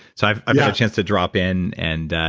so i've i've got a chance to drop in. and i